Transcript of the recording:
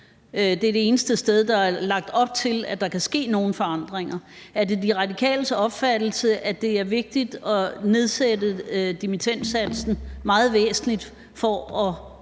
det er det eneste sted, der er lagt op til at der kan ske nogle forandringer – om det er De Radikales opfattelse, at det er vigtigt at nedsætte dimittendsatsen meget væsentligt for at